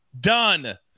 done